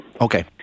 Okay